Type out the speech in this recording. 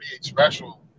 special